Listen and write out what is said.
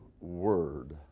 word